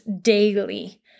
daily